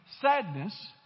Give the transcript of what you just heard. sadness